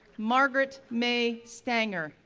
margaret mae stanger,